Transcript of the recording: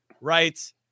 right